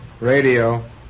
Radio